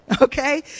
Okay